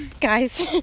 guys